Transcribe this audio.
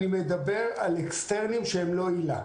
אני מדבר על אקסטרניים שהם לא היל"ה.